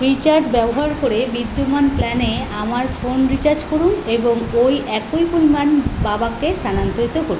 Freecharge ব্যবহার করে বিদ্যমান প্ল্যানে আমার ফোন রিচার্জ করুন এবং ওই একই পরিমাণ বাবাকে স্থানান্তরিত করুন